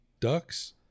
Ducks